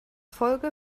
folge